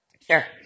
Sure